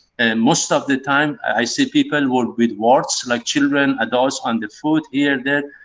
and most of the time i see people work with warts, like children, adults, on the foot, here, there.